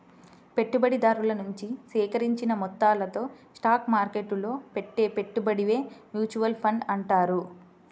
పెట్టుబడిదారుల నుంచి సేకరించిన మొత్తాలతో స్టాక్ మార్కెట్టులో పెట్టే పెట్టుబడినే మ్యూచువల్ ఫండ్ అంటారు